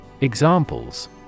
Examples